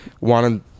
wanted